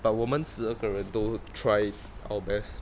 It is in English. but 我们十二个人都 try our best